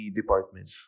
department